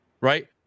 right